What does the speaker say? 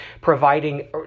providing